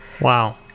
Wow